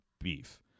beef